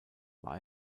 war